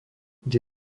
kde